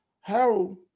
Harold